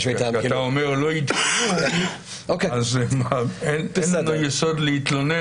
אתה אומר שלא עדכנו אז אין לנו יסוד להתלונן